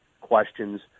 questions